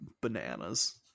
bananas